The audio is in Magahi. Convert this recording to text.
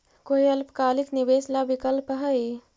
कोई अल्पकालिक निवेश ला विकल्प हई?